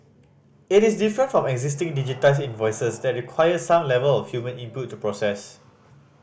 it is different from existing digitised invoices that require some level of human input to process